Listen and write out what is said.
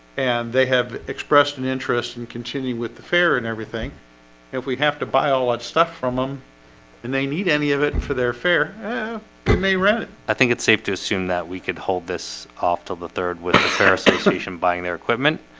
and they have expressed an interest and continue with the fair and everything if we have to buy all that stuff from them um and they need any of it and for their fair yeah, but they rent. i think it's safe to assume that we could hold this off till the third with the fair association buying their equipment